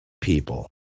people